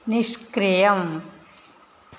निष्क्रियम्